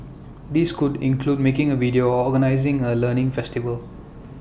these could include making A video or organising A learning festival